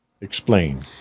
Explain